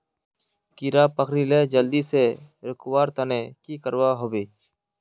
कीड़ा पकरिले जल्दी से रुकवा र तने की करवा होबे?